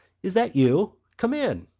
is that you? come in!